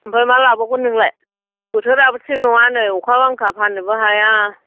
ओमफाय मा लाबावगोन नोंलाय बोथोराबो थिग नङा नै आखा बांखा फान्नोबो हाया